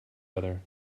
other